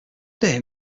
dear